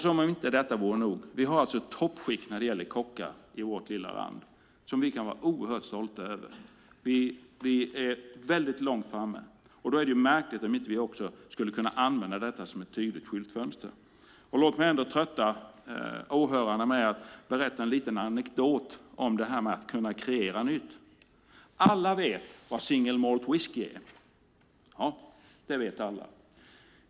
Som om inte detta vore nog har vi toppskikt när det gäller kockar i vårt lilla land som vi kan vara oerhört stolta över. Vi är mycket långt framme. Då är det märkligt om vi inte skulle kunna använda detta som ett tydligt skyltfönster. Låt mig trötta åhörarna med att berätta en lite anekdot om detta att kreera nytt. Alla vet vad single malt whisky är.